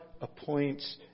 appoints